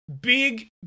Big